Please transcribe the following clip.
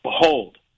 behold